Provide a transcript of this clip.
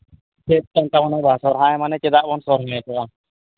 ᱪᱮᱫ ᱠᱟᱱ ᱛᱟᱵᱚᱱᱟ ᱥᱚᱦᱨᱟᱭ ᱢᱟᱱᱮ ᱪᱮᱫᱟᱜ ᱵᱚᱱ ᱥᱚᱦᱨᱟᱭ ᱠᱚᱣᱟ